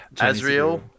Azrael